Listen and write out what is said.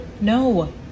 no